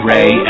Ray